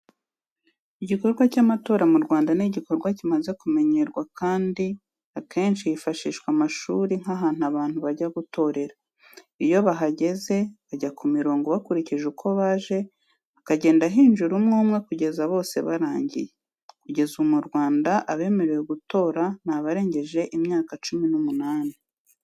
Igikorwa cy'amatora mu Rwanda ni igikorwa kimaze kumenyerwa kandi akenshi hifashishwa amashuri nk'ahantu abantu bajya gutorera, iyo bahageze bajya ku murongo bakurikije uko baje hakagenda hinjira umwe umwe kugeza bose barangiye. Kugeza ubu mu Rwanda abemerewe gutora ni abarengeje imyaka cumi n'umunani.